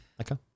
okay